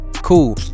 Cool